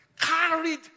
carried